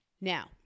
Now